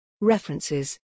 References